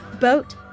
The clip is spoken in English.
boat